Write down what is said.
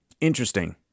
Interesting